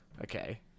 Okay